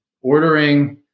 ordering